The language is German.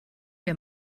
wir